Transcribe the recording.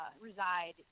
reside